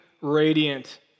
radiant